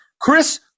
chris